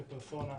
כפרסונה,